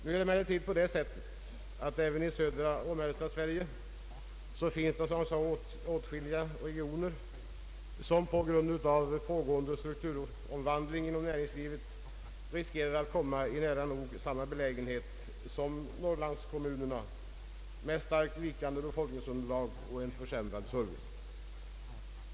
Nu är det emellertid på det sättet att även i södra och mellersta Sverige finns det åtskilliga regioner som på grund av pågående strukturomvandling inom näringslivet riskerar att komma i nära nog samma belägenhet som Norrlandskommunerna med ett starkt vikande = befolkningsunderlag och en försämrad service.